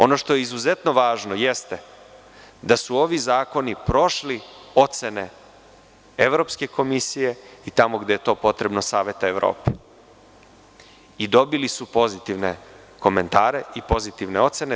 Ono što je izuzetno važno jeste da su ovi zakoni prošli ocene Evropske komisije i tamo gde je to potrebno, Saveta Evrope, i dobili su pozitivne komentarei pozitivne ocene.